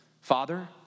Father